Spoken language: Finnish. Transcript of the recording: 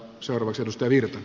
arvoisa puhemies